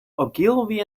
ogilvy